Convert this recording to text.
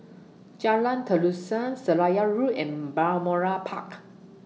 Jalan Terusan Seraya Road and Balmoral Park